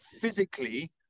physically